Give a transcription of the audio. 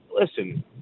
listen